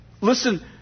Listen